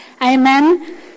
Amen